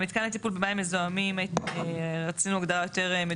במתקן לטיפול במים מזוהמים רצינו הגדרה יותר,